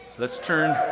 let's turn